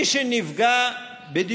מי שנפגע, זה לא שחור או לבן.